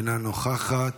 אינה נוכחת.